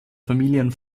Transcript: familien